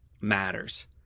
matters